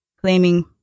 claiming